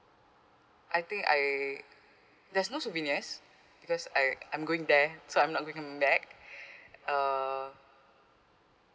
I think I there's no souvenirs because I I'm going there so I'm not going back uh